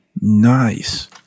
Nice